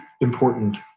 important